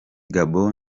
gabon